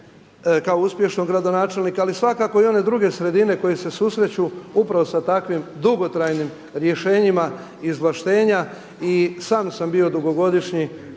kao uspješnog gradonačelnika ali svakako i one druge sredine koje se susreću upravo sa takvim dugotrajnim rješenjima izvlaštenja. I sam sam bio dugogodišnji